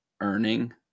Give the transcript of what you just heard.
earning